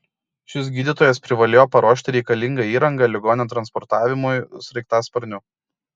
šis gydytojas privalėjo paruošti reikalingą įrangą ligonio transportavimui sraigtasparniu